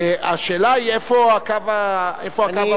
השאלה היא איפה הקו המפריד.